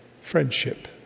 friendship